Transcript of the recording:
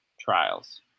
trials